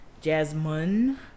Jasmine